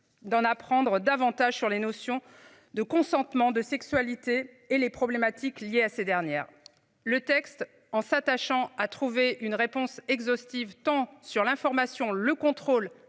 d'en apprendre davantage sur les notions de consentement de sexualité et les problématiques liées à ces dernières. Le texte, en s'attachant à trouver une réponse exhaustive temps sur l'information, le contrôle,